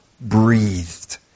breathed